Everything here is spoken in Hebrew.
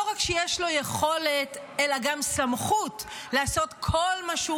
יש לו לא רק יכולת אלא גם סמכות לעשות כל מה שהוא